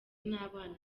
n’abana